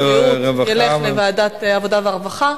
זה ילך לוועדת העבודה והרווחה.